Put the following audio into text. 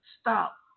stop